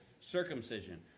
circumcision